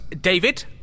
David